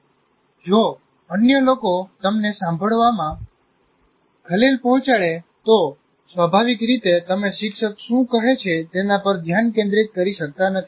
જો અન્ય લોકો તમને સાંભળવામાં ખલેલ પહોંચાડે તો સ્વભાવિક રીતે તમે શિક્ષક શું કહે છે તેના પર ધ્યાન કેન્દ્રિત કરી શકતા નથી